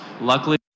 Luckily